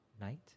night